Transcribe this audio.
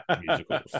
musicals